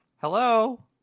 Hello